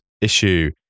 issue